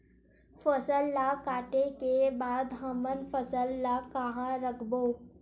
फसल ला काटे के बाद हमन फसल ल कहां रखबो?